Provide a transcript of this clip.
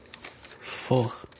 Fuck